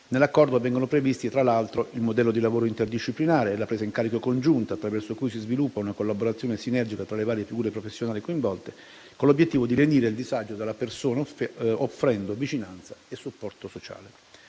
nell'accordo vengono previsti, tra l'altro, il modello di lavoro interdisciplinare e la presa in carico congiunta, attraverso cui si sviluppa una collaborazione sinergica tra le varie figure professionali coinvolte, con l'obiettivo di lenire il disagio della persona offrendo vicinanza e supporto sociale.